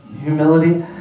humility